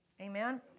Amen